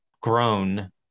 grown